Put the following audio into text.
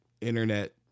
internet